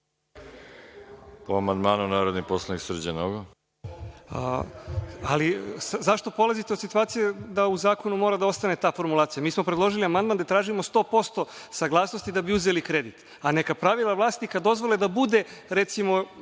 Po amandmanu, narodni poslanik Srđan Nogo. **Srđan Nogo** Ali zašto polazite od situacije da u zakonu mora da ostane ta formulacija. Mi smo predložili amandman gde tražimo sto posto saglasnosti da bi uzeli kredit, a neka pravila vlasnika dozvole da bude recimo,